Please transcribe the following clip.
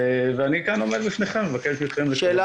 ואני כאן עומד לפניכם, מבקש מכם --- התחום